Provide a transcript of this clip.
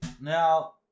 Now